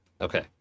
Okay